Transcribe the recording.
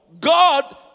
God